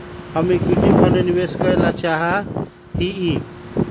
हम equity fund में निवेश करे ला चाहा हीयी